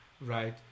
right